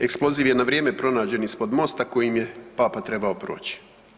Eksploziv je na vrijeme pronađen ispod mosta kojim je Papa trebao proći.